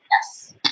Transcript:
Yes